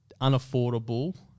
unaffordable